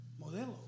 Modelo